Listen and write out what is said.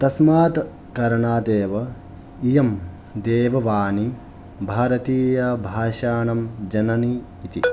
तस्मात् कारणादेव इयं देववाणी भारतीयभाषाणां जननी इति